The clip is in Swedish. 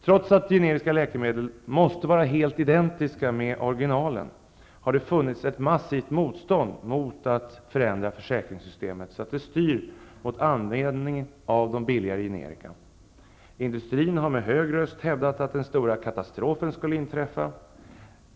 Trots att generiska läkemedel måste vara helt identiska med originalen har det funnits ett massivt motstånd mot att förändra försäkringssystemet så att det styr mot användning av de billigare generiska medlen. Industrin har med hög röst hävdat att den stora katastrofen skulle inträffa.